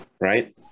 right